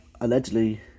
allegedly